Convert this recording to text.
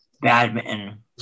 badminton